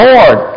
Lord